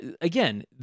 again